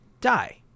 die